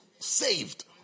Saved